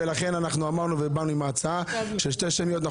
לכן אנחנו אמרנו ובאנו עם ההצעה ששתי שמיות,